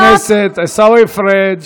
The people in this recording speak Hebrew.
מי שעשה שירות, חבר הכנסת עיסאווי פריג'.